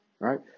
Right